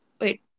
wait